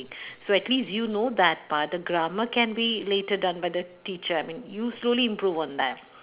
so at least you know that but the grammar can be later done by the teacher I mean you slowly improve on that